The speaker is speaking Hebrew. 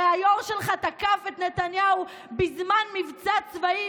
הרי היו"ר שלך תקף את נתניהו בזמן מבצע צבאי,